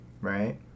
right